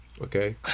okay